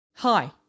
Hi